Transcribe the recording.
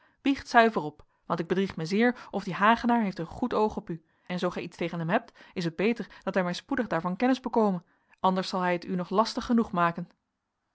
biecht zuiver op want ik bedrieg mij zeer of die hagenaar heeft een goed oog op u en zoo gij iets tegen hem hebt is het beter dat hij maar spoedig daarvan kennis bekome anders zal hij het u nog lastig genoeg maken